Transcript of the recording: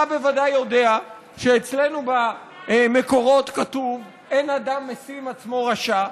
אתה בוודאי יודע שאצלנו במקורות כתוב: "אין אדם משים עצמו רשע",